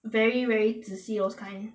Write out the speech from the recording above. very very 仔细 those kind